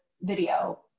video